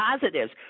positives